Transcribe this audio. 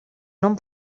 nom